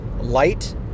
light